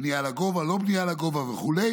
בנייה לגובה, לא בנייה לגובה וכו'.